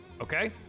Okay